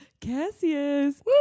Cassius